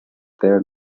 there